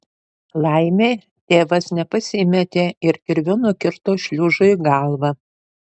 laimė tėvas nepasimetė ir kirviu nukirto šliužui galvą